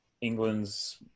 England's